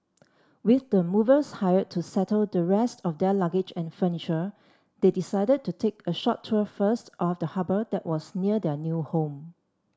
with the movers hired to settle the rest of their luggage and furniture they decided to take a short tour first of the harbour that was near their new home